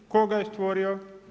Tko ga je stvorio?